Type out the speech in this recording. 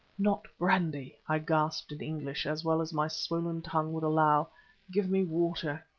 not brandy, i gasped in english as well as my swollen tongue would allow give me water.